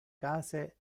case